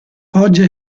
poggia